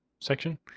section